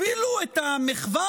אפילו את המחווה